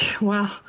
Wow